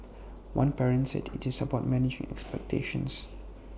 one parent said IT is about managing expectations